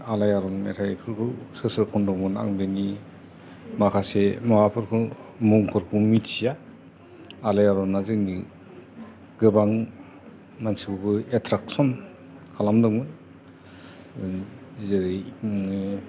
आलायारन मेथाइ फोरखौ सोर सोर खनदोंमोन आं बेनि माखासे माबाफोरखौ मुं फोरखौ मिथिया आलायारना जोंनि गोबां मानसिफोरखौ एट्रेकसन खालामदोंमोन जेरै ओ